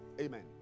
Amen